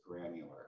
granular